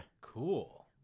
Cool